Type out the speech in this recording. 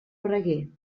braguer